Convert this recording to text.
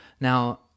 now